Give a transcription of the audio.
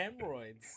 hemorrhoids